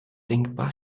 denkbar